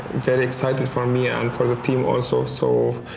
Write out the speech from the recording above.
very exciting for me and for the team, also. so,